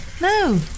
No